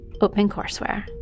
OpenCourseWare